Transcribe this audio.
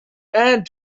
add